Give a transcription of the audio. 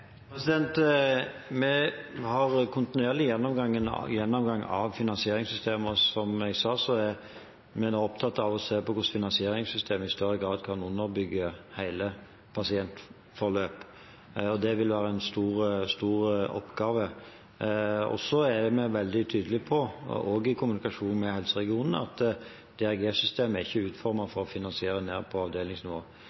Vi har en kontinuerlig gjennomgang av finansieringssystemer. Som jeg sa, er vi nå opptatt av å se på hvordan finansieringssystemet i større grad kan underbygge hele pasientforløp. Det vil være en stor oppgave. Vi er også veldig tydelige på i kommunikasjonen med helseregionene at DRG-systemet ikke er